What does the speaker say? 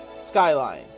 skyline